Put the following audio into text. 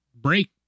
break